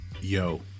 Yo